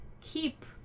keep